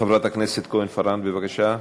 חברת הכנסת כהן-פארן, בבקשה.